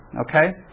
Okay